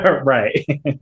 Right